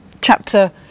chapter